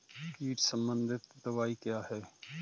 कीट संबंधित दवाएँ क्या हैं?